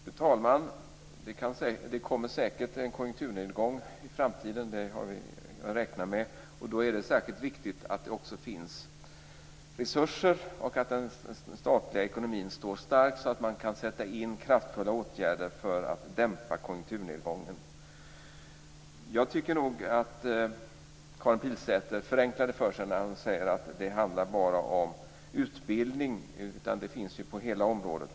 Fru talman! Det kommer säkert en konjunkturnedgång i framtiden. Det har vi räknat med. Då är det särskilt viktigt att det också finns resurser och att den statliga ekonomin står stark, så att man kan sätta in kraftfulla åtgärder för att dämpa konjunkturnedgången. Jag tycker nog att Karin Pilsäter förenklar det för sig när hon säger att det bara handlar om utbildning. Det görs insatser på hela området.